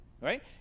right